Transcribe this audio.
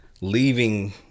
leaving